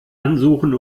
ansuchen